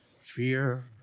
fear